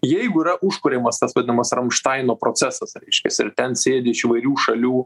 jeigu yra užkuriamas tas vadinamas ramštaino procesas reiškiasi ir ten sėdi iš įvairių šalių